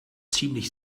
ziemlich